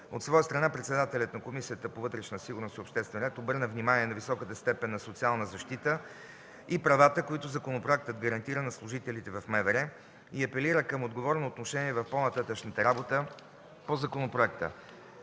От своя страна, председателят на Комисията по вътрешна сигурност и обществен ред обърна внимание на високата степен на социална защита и правата, които законопроектът гарантира на служителите в МВР, и апелира към отговорно отношение в по-нататъшната работа по законопроекта,